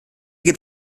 gibt